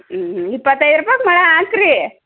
ಇಪ್ಪತ್ತೈದು ರೂಪಾಯ್ಗೆ ಮೊಳ ಹಾಕ್ರಿ